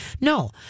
No